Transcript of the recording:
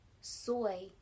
soy